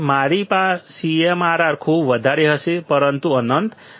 મારી CMRR ખૂબ વધારે હશે પરંતુ અનંત નથી